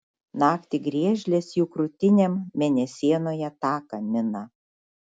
naktį griežlės jų krūtinėm mėnesienoje taką mina